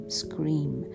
scream